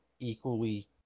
Equally